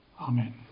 Amen